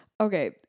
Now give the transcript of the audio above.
Okay